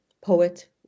poet